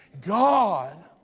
God